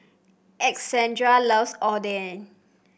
Alexandria loves Oden